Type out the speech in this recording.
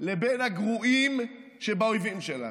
לבין הגרועים שבאויבים שלנו.